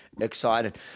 excited